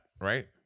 right